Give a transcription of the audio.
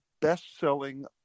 best-selling